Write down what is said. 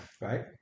right